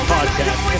Podcast